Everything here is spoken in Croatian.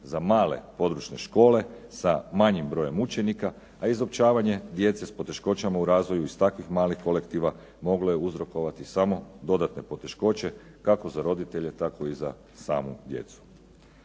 za male područne škole sa manjim brojem učenika, a izopćavanje djece s poteškoćama u razvoju iz takvih malih kolektiva moglo je uzrokovati samo dodatne poteškoće kako za roditelje tako i za samu djecu.